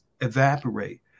evaporate